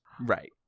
Right